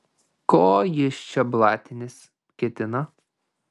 ko jis čia blatintis ketina